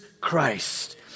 Christ